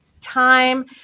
time